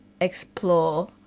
explore